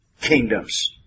kingdoms